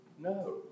no